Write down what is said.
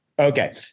Okay